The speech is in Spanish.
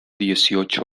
dieciocho